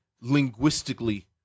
linguistically